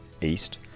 East